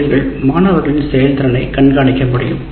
ஆசிரியர்கள் மாணவர்களின் செயல் திறனை கண்காணிக்க முடியும்